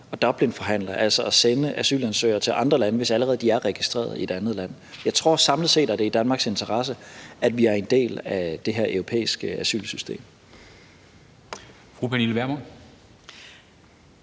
at Dublinforhandle, altså at sende asylansøgere til andre lande, hvis de allerede er registreret i et andet land. Jeg tror, at det samlet set er i Danmarks interesse, at vi er en del af det her europæiske asylsystem. Kl. 12:43 Formanden